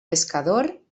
pescador